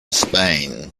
spain